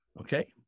okay